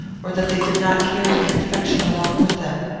or that they did not carry the infection along with them.